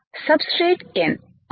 sub straight n అవునా